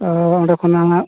ᱚᱻ ᱚᱸᱰᱮ ᱠᱷᱚᱱᱟᱜ